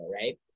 right